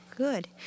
Good